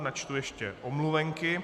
Načtu ještě omluvenky.